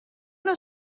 نوع